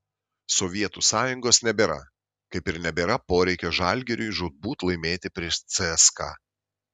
sovietų sąjungos nebėra kaip ir nebėra poreikio žalgiriui žūtbūt laimėti prieš cska